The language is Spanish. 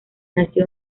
nació